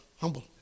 humble